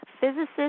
physicist